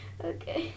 Okay